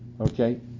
Okay